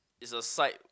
it's a side